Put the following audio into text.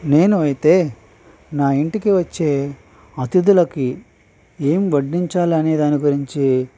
నేను అయితే నా ఇంటికి వచ్చే అతిధులకి ఏం వడ్డించాలనే దాని గురించి